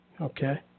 Okay